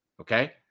Okay